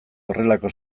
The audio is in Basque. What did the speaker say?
horrelako